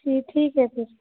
جی ٹھیک ہے پھر